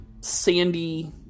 sandy